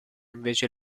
invece